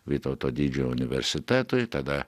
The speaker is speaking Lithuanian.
vytauto didžiojo universitetui tada